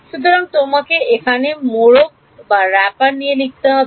সুতরাং তোমাকে এখানে মোড়ক লিখতে হবে